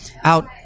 out